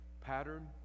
pattern